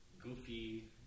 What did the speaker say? goofy